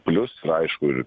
plius ir aišku ir